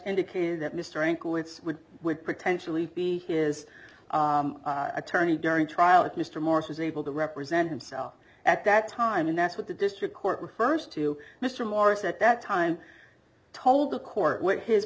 indicated that mr anklets would would potentially be is attorney during trial if mr morris was able to represent himself at that time and that's what the district court refers to mr morris at that time told the court what his